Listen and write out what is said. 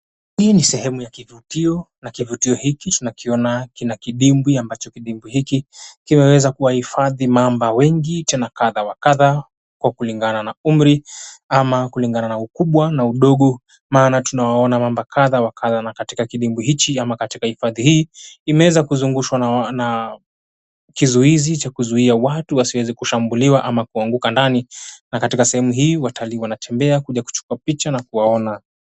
Hii ni sehemu ya kivutio na kivutio hiki tunakiona kina kidimbwi ambacho kidimbwi hiki kimeweza kuhifadhi mamba wengi tena kadha wa kadha kwa kulingana na umri ama kulingana na ukubwa na udogo maana tunawaona mamba kadha wa kadha na katika kidimbwi hichi ama katika hifadhi hii imeweza kuzungushwa na kizuizi cha kuzuia watu wasiweze kushambuliwa ama kuanguka ndani na katika sehemu hii watalii wanatembea kuja kuchukua picha na kuwaona.